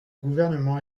gouvernement